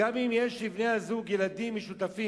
או כי לבני הזוג ילדים משותפים,